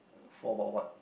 for about what